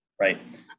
right